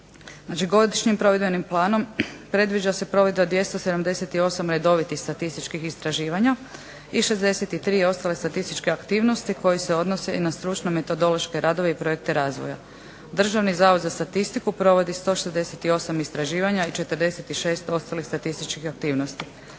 godišnjim provedbenim planom predviđa se provedba 278 redovitih statističkih istraživanja i 63 ostale statističke aktivnosti koje se odnose na stručno metodološke radove i projekte razvoja. Državni zavod za statistiku provodi 168 istraživanja i 46 ostalih statističkih aktivnosti.